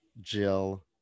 Jill